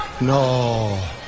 No